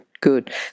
good